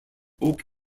oak